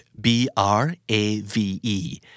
B-R-A-V-E